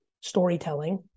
storytelling